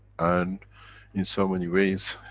and in so many ways.